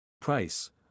Price